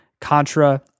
Contra